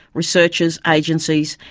researchers, agencies,